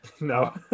no